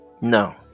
No